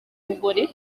mugore